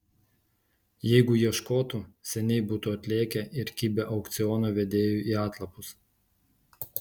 jeigu ieškotų seniai būtų atlėkę ir kibę aukciono vedėjui į atlapus